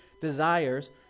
desires